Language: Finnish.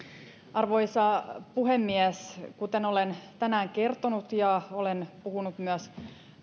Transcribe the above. arvoisa puhemies kuten olen tänään kertonut ja olen myös puhunut